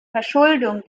verschuldung